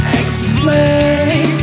explain